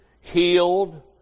healed